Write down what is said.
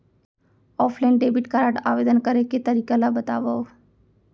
Offline debit card आवेदन करे के तरीका ल बतावव?